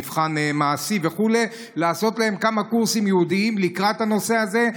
מבחן מעשי וכו' לעשות כמה קורסים ייעודיים לקראת הנושא הזה.